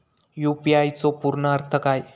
UPI चो पूर्ण अर्थ काय?